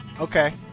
Okay